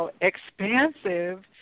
expansive